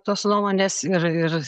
tos nuomonės ir ir